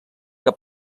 que